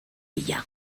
bila